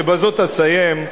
ובזאת אסיים,